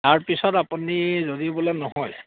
তাৰপিছত আপুনি যদি বোলে নহয়